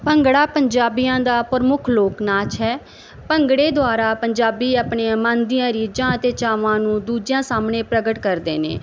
ਭੰਗੜਾ ਪੰਜਾਬੀਆਂ ਦਾ ਪ੍ਰਮੁੱਖ ਲੋਕ ਨਾਚ ਹੈ ਭੰਗੜੇ ਦੁਆਰਾ ਪੰਜਾਬੀ ਆਪਣੇ ਮਨ ਦੀਆਂ ਰੀਝਾਂ ਅਤੇ ਚਾਵਾਂ ਨੂੰ ਦੂਜਿਆਂ ਸਾਹਮਣੇ ਪ੍ਰਗਟ ਕਰਦੇ ਨੇ